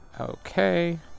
Okay